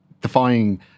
defying